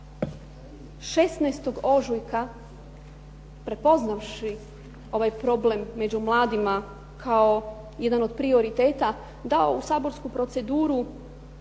16. ožujka prepoznavši ovaj problem među mladima kao jedan od prioriteta dao u saborsku proceduru